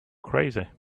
crazy